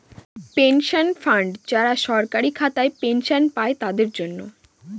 pension fund যারা সরকারি খাতায় পেনশন পাই তাদের জন্য